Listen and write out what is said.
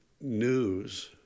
news